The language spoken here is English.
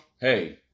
hey